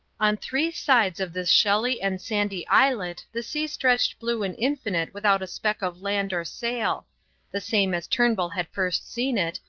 on three sides of this shelly and sandy islet the sea stretched blue and infinite without a speck of land or sail the same as turnbull had first seen it,